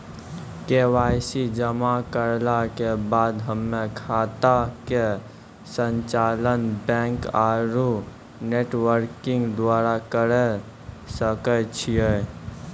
KYC जमा करला के बाद हम्मय खाता के संचालन बैक आरू नेटबैंकिंग द्वारा करे सकय छियै?